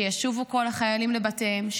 שישובו כל החיילים לבתיהם,